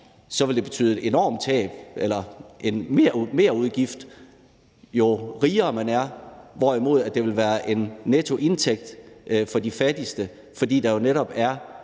vil det betyde en merudgift, jo rigere man er, hvorimod det vil være en nettoindtægt for de fattigste, fordi der jo netop er